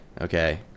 Okay